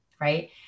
right